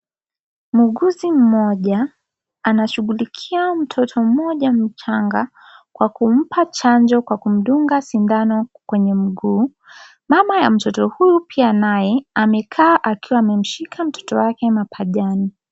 Muuguzi mmoja anashughulikia mtoto mmoja mchanga kwa kumpa chanjo kwa kumdunga sindano kwenye mguu. Mama ya mtoto huyu pia naye amekaa akimshika mtoto wake mapajani.